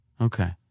Okay